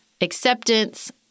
acceptance